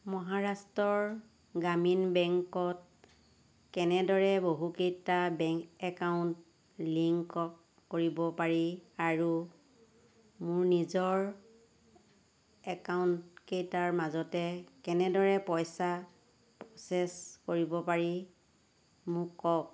মহাৰাষ্ট্ৰৰ গ্ৰামীণ বেংকত কেনেদৰে বহুকেইটা বেংক একাউণ্ট লিংক কৰিব পাৰি আৰু মোৰ নিজৰ একাউণ্টকেইটাৰ মাজতে কেনেদৰে পইচা প্ৰ'চেছ কৰিব পাৰি মোক কওক